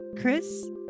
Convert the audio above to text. Chris